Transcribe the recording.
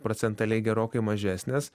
procentaliai gerokai mažesnės